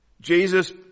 Jesus